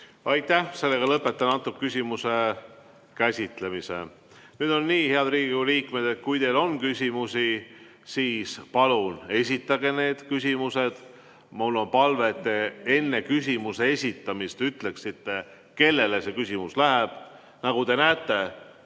käsitlemise. Lõpetan selle küsimuse käsitlemise. Nüüd on nii, head Riigikogu liikmed, et kui teil on küsimusi, siis palun esitage need küsimused. Mul on palve, et te enne küsimuse esitamist ütleksite, kellele see küsimus läheb. Nagu te näete,